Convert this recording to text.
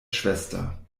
schwester